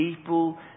People